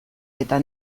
eta